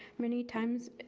many times,